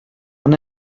ana